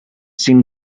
seem